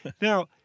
Now